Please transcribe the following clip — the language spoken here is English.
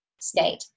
state